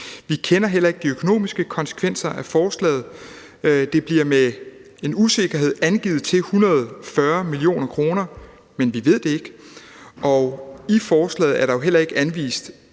Vi kender heller ikke de økonomiske konsekvenser af forslaget; det bliver med en usikkerhed angivet til at være 140 mio. kr., men vi ved det ikke. I forslaget er der heller ikke anvist